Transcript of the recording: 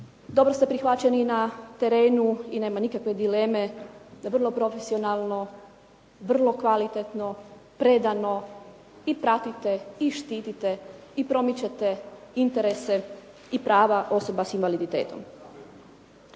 Dobro ste prihvaćeni na terenu i nema nikakve dileme da vrlo profesionalno, vrlo kvalitetno, predano i pratite i štitite i promičete interese i prava osoba s invaliditetom.